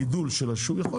הגידול של השום.